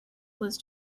was